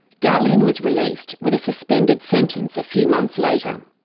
darlene was released with a suspended sentence a few months later.